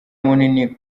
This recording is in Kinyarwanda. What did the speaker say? munini